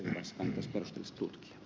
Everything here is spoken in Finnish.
arvoisa puhemies